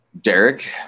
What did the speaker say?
Derek